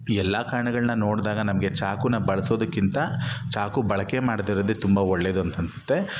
ಈ ಎಲ್ಲ ಕಾರ್ಣಗಳನ್ನ ನೋಡಿದಾಗ ನಮಗೆ ಚಾಕುನ ಬಳಸೋದಕ್ಕಿಂತ ಚಾಕು ಬಳಕೆ ಮಾಡದೇಯಿರೋದೆ ತುಂಬ ಒಳ್ಳೇದು ಅಂತನ್ನಿಸುತ್ತೆ